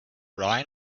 brian